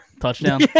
Touchdown